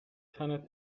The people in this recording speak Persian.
تنت